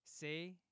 say